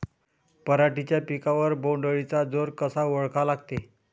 पराटीच्या पिकावर बोण्ड अळीचा जोर कसा ओळखा लागते?